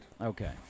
Okay